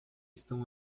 estão